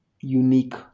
unique